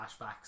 flashbacks